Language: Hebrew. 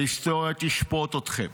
ההיסטוריה תשפוט אתכם.